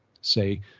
say